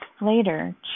Later